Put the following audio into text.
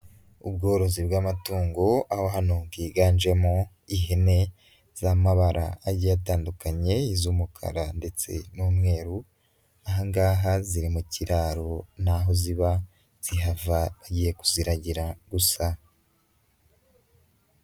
Ubworozi bw'amatungo aho hano bwiganjemo ihene z'amabara agiye atandukanye iz'umukara ndetse n'umweru, aha ngaha ziri mu kiraro ni aho ziba zihava bagiye kuziragira gusa.